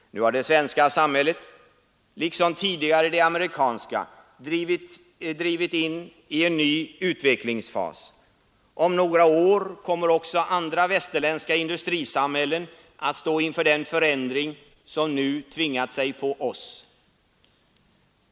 Nu har det svenska samhället liksom tidigare det amerikanska drivit in i en ny utvecklingsfas. Om några år kommer också andra västerländska industrisamhällen att stå inför den förändring som nu tvingat sig på oss.